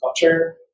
culture